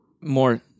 more